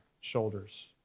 shoulders